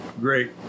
great